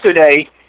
yesterday